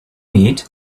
need